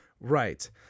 Right